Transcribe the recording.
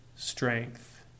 strength